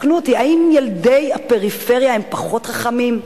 תקנו אותי: האם ילדי הפריפריה הם פחות חכמים?